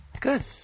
Good